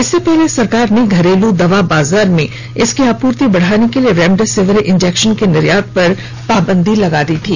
इससे पहले सरकार ने घरेलू दवा बाजार में इसकी आपूर्ति बढ़ाने के लिए रेमडेसिविर इंजेक्शन के निर्यात पर पाबंदी लगा दी थी